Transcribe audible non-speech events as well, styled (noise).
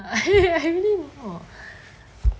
(laughs) I really don't know